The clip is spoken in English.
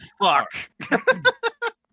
fuck